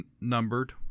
numbered